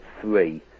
three